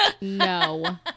No